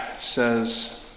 says